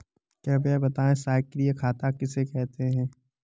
कृपया बताएँ सक्रिय खाता किसे कहते हैं?